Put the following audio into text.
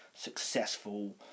successful